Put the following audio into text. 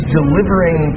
delivering